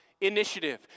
initiative